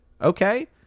Okay